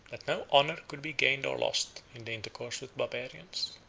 that no honor could be gained or lost in the intercourse with barbarians.